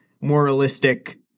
moralistic